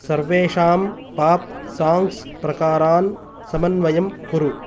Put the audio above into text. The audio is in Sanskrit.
सर्वेषां पाप् साङ्ग्स् प्रकारान् समन्वयं कुरु